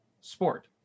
sport